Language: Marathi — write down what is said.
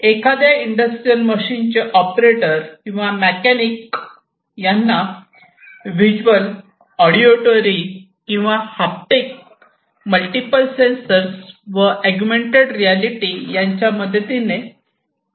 एखाद्या इंडस्ट्रियल मशीन चे ऑपरेटर किंवा मेकॅनिक यांना व्हिज्युअल ऑडिओटरी किंवा हाप्टिक मल्टिपल सेन्सर्स व अगुमेन्टेड रियालिटी यांच्या मदतीने ट्रेनिंग दिले जाऊ शकते